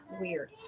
weird